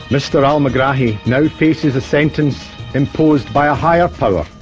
mr al-megrahi now faces a sentence imposed by a higher power.